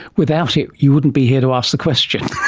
without it you wouldn't be here to ask the question.